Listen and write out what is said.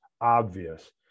obvious